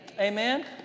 Amen